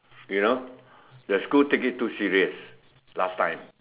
you know the school take it too serious last time